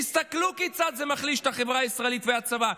תסתכלו כיצד זה מחליש את החברה הישראלית והצבא,